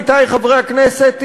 עמיתי חברי הכנסת,